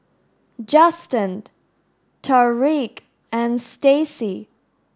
Justen Tariq and Staci